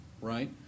right